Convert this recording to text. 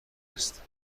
است